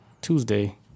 Tuesday